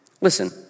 listen